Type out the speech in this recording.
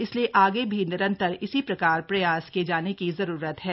इसलिए आगे भी निरंतर इसी प्रकार प्रयास किए जाने की जरूरत है